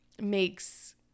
makes